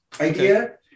idea